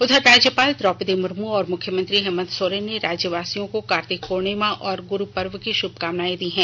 उधर राज्यपाल द्रौपदी मुर्मू और मुख्यमंत्री हेमंत सोरेन ने राज्यवासियों को कार्तिक पूर्णिमा और ग्रु पर्व की श्भकामनाए दी है